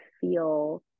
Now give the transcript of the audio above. feel